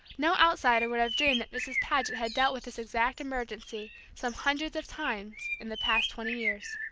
no outsider would have dreamed that mrs. paget had dealt with this exact emergency some hundreds of times in the past twenty years.